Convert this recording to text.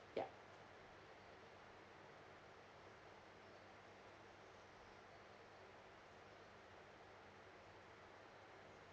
yup